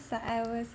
like I was